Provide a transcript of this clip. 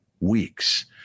weeks